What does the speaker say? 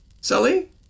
Sully